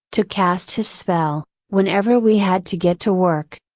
to cast his spell, whenever we had to get to work!